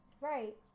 right